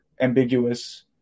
ambiguous